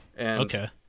Okay